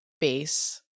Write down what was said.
base